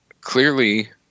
clearly